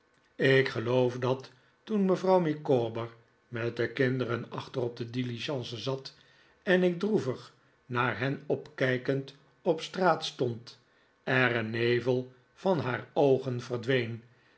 ik geloof dat toen mevrouw micawber met de kinderen achter op de diligence zat en ik droevig naar hen opkijkend op straat stond er een nevel van haar oogen verdween